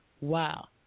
Wow